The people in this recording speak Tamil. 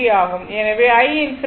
எனவே I∞